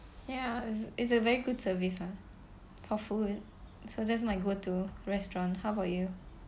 ya it's it's a very good service lah for food so that's my go to restaurant how about you